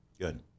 good